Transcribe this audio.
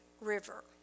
river